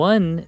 One